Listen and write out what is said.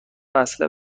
وصله